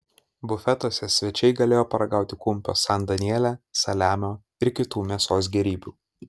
bufetuose svečiai galėjo paragauti kumpio san daniele saliamio ir kitų mėsos gėrybių